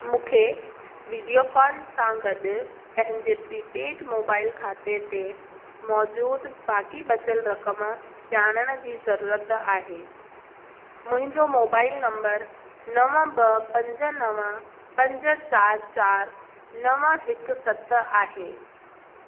मूंखे वीडीयोकॉन सां ॻॾु पंहिंजे प्रीपेड मोबाइल खाते ते मौजूदु बाक़ी बचियल रक़म ॼाणण जी ज़रूरत आहे मुंहिंजो मोबाइल नंबर नवं ॿ पंज नवं पंज चार चार नवं हिकु सत आहे